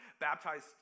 baptized